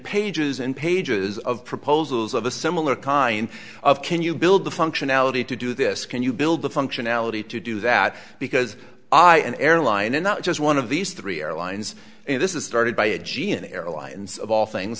pages and pages of proposals of a similar kind of can you build the functionality to do this can you build the functionality to do that because i an airline and not just one of these three airlines this is started by a g n airlines of all things